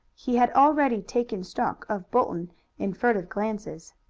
he had already taken stock of bolton in furtive glances.